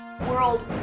world